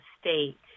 state